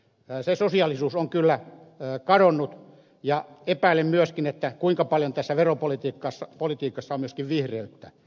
se sosiaalisuus on kyllä kadonnut ja epäilen myöskin kuinka paljon tässä veropolitiikassa on myöskin vihreyttä